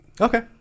okay